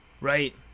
Right